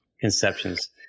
conceptions